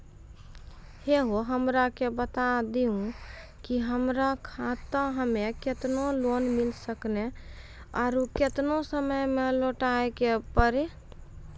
है हो हमरा के बता दहु की हमार खाता हम्मे केतना लोन मिल सकने और केतना समय मैं लौटाए के पड़ी?